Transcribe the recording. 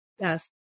Yes